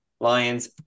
Lions